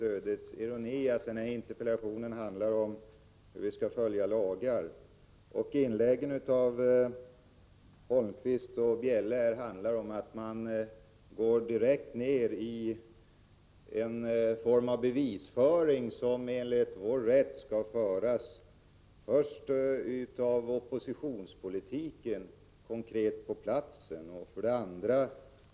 Herr talman! Interpellationerna handlar om hur vi skall följa lagar. Det är något av en ödets ironi att Holmkvist och Bjelle i sina inlägg här går direkt in på en bevisföring i det konkreta fallet, som enligt vår rätt skall göras först av oppositionen i kommunen.